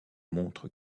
montrent